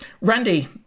randy